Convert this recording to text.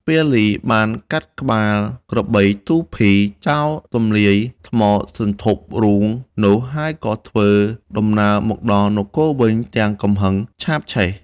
ពាលីបានកាត់ក្បាលក្របីទូភី ចោលទំលាយថ្មសន្ធប់រូងនោះហើយក៏ធ្វើដំណើរមកដល់ នគរវិញទាំងកំហឹងឆាបឆេះ។